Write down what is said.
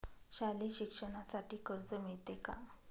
शालेय शिक्षणासाठी कर्ज मिळते का?